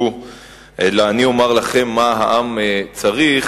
אלא אני אומר לכם מה העם צריך,